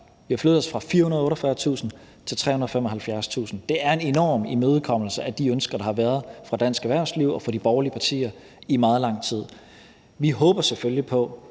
Vi har flyttet os fra 448.000 kr. til 375.000 kr. Det er en enorm imødekommelse af de ønsker, der i meget lang tid har været fra dansk erhvervsliv og fra de borgerlige partier. Vi håber selvfølgelig på,